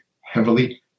heavily